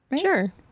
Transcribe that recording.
Sure